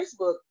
Facebook